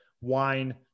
wine